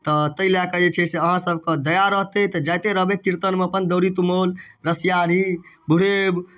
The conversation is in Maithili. तऽ ताहि लए कऽ जे छै से अहाँसभके दया रहतै तऽ जाइते रहबै कीर्तनमे अपन दौरी तुमौल रसियारी बुढ़ेब